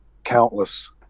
countless